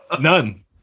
None